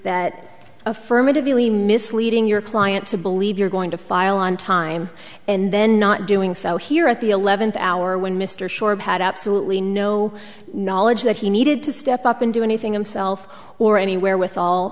that affirmatively misleading your client to believe you're going to file on time and then not doing so here at the eleventh hour when mr short had absolutely no knowledge that he needed to step up and do anything him self or anywhere with all